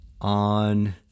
on